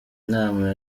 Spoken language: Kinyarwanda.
nama